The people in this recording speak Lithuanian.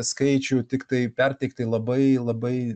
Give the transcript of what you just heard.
skaičių tiktai perteikti labai labai